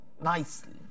nicely